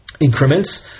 increments